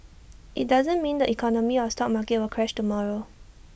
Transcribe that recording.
IT doesn't mean the economy or stock market will crash tomorrow